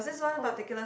oh